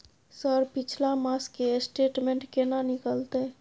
Sir पिछला मास के स्टेटमेंट केना निकलते?